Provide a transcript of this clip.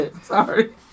Sorry